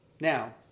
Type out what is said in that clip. Now